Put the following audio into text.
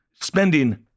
spending